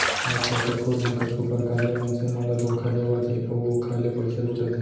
आजकल कतको झन कतको परकार ले मनसे मन ल धोखा देवत हे अउ ओखर ले पइसा लुटत हे